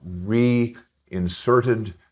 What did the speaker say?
reinserted